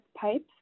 Pipes